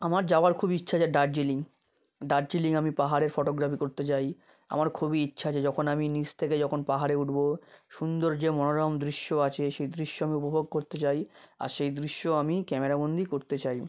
আমার যাওয়ার খুব ইচ্ছা আছে দার্জিলিং দার্জিলিং আমি পাহাড়ে ফটোগ্রাফি করতে যাই আমার খুবই ইচ্ছা আছে যখন আমি নীচ থেকে যখন পাহাড়ে উঠবো সুন্দর যে মনোরম দৃশ্য আছে সেই দৃশ্য আমি উপভোগ করতে চাই আর সেই দৃশ্য আমি ক্যামেরা বন্দি করতে চাই